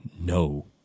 no